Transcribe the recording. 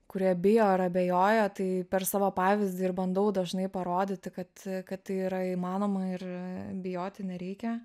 kurie bijo ar abejoja tai per savo pavyzdį ir bandau dažnai parodyti kad kad tai yra įmanoma ir bijoti nereikia